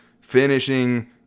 finishing